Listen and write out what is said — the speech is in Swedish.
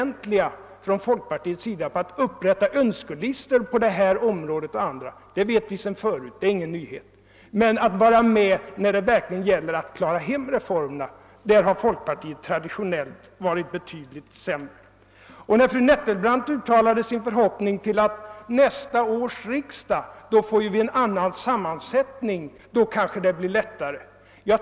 Att ni från folkpartiet är utomordentliga i fråga om att upprätta önskelistor vet vi sedan tidigare, det är ingen nyhet. Men när reformerna skall klaras hem har ni traditionellt inte varit med. Fru Nettelbrandt uttalade förhoppningen att det skall bli lättare att få igenom förslag nästa år när riksdagen får en annan sammansättning.